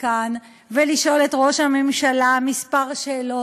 כאן ולשאול את ראש הממשלה כמה שאלות,